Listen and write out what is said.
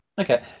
Okay